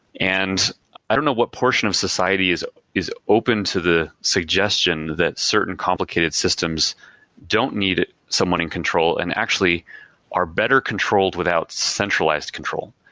and i don't know what portion of society is is open to the suggestion that certain complicated systems don't need someone in control, and actually are better controlled without centralized control,